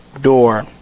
door